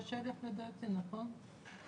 6,000 לדעתי, נכון?